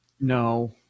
No